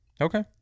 Okay